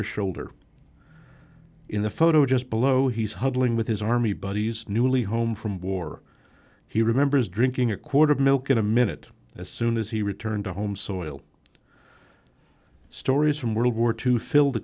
a shoulder in the photo just below he's huddling with his army buddies newly home from war he remembers drinking a quart of milk in a minute as soon as he returned home soil stories from world war two filled